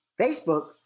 Facebook